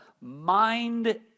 mind